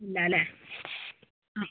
ഇല്ല അല്ലേ ആ